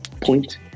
point